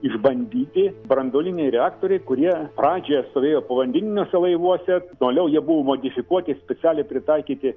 išbandyti branduoliniai reaktoriai kurie pradžioje stovėjo povandeniniuose laivuose toliau jie buvo modifikuoti specialiai pritaikyti